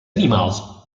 animals